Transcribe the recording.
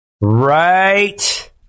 Right